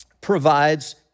provides